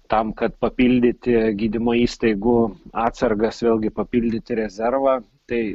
tam kad papildyti gydymo įstaigų atsargas vėlgi papildyti rezervą tai